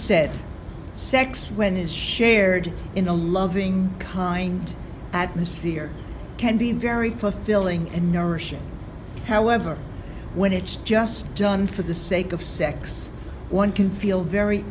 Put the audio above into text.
said sex when is shared in a loving kind atmosphere can be very fulfilling and nourishing however when it's just done for the sake of sex one can feel very